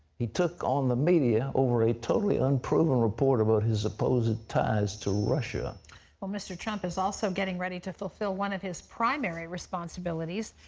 he took on the media over a totally unproven report about his supposed ties to russia. terry um mr. trump is also getting ready to fulfill one of his primary responsibilities,